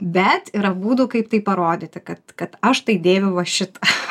bet yra būdų kaip tai parodyti kad kad aš tai dėviu va šitą